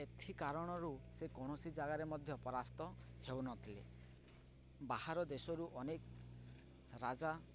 ଏଥି କାରଣରୁ ସେ କୌଣସି ଜାଗାରେ ମଧ୍ୟ ପରାସ୍ତ ହେଉନଥିଲେ ବାହାର ଦେଶରୁ ଅନେକ ରାଜା